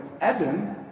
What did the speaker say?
Adam